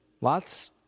lots